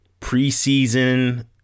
preseason